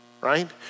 right